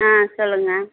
ஆ சொல்லுங்கள்